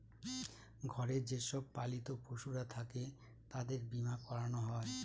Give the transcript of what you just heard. ঘরে যে সব পালিত পশুরা থাকে তাদের বীমা করানো হয়